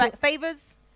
favors